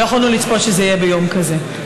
שזה יהיה ביום כזה.